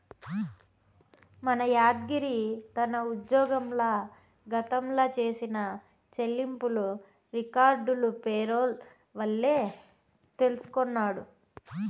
మన యాద్గిరి తన ఉజ్జోగంల గతంల చేసిన చెల్లింపులు రికార్డులు పేరోల్ వల్లే తెల్సికొన్నాడు